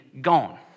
gone